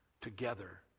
together